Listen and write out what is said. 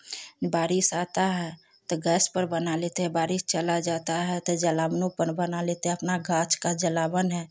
बारिश आता है तो गैस पर बना लेते है बारिश चला जाता है तो जलावानों पर बना लेते हैं अपना गाछ का जलावन है